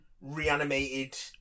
reanimated